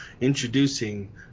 introducing